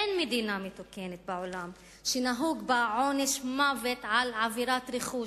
אין מדינה מתוקנת בעולם שנהוג בה עונש מוות על עבירת רכוש.